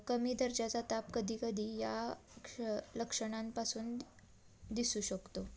कमी दर्जाचा ताप कधी कधी या क्ष लक्षणांपासून दिसू शकतो